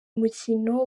mukino